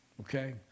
Okay